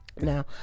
now